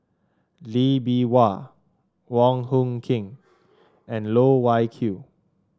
Lee Bee Wah Wong Hung Khim and Loh Wai Kiew